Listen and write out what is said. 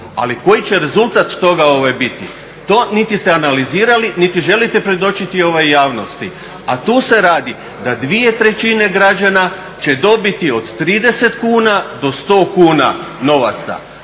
ali koji će rezultat toga biti to niti ste analizirali niti želite predočiti javnosti. A tu se radi da dvije trećine građana će dobiti od 30 kuna do 100 kuna novaca